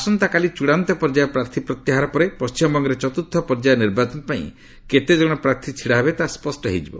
ଆସନ୍ତାକାଲି ଚଡ଼ାନ୍ତ ପର୍ଯ୍ୟାୟ ପ୍ରାର୍ଥୀ ପ୍ରତ୍ୟାହାର ପରେ ପଶ୍ଚିମବଙ୍ଗରେ ଚତୁର୍ଥ ପର୍ଯ୍ୟାୟ ନିର୍ବାଚନ ପାଇଁ କେତେଜଣ ପ୍ରାର୍ଥୀ ଛିଡ଼ା ହେବେ ତାହା ସ୍ୱଷ୍ଟ ହୋଇଯିବ